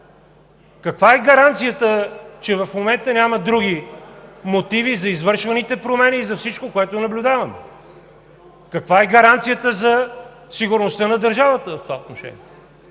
Каква е гаранцията, че в момента няма други мотиви за извършваните промени и за всичко, което наблюдаваме? Каква е гаранцията за сигурността на държавата в това отношение?